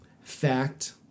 Fact